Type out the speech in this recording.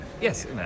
Yes